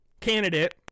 candidate